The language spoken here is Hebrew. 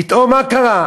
פתאום מה קרה?